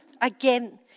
again